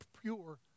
pure